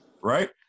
right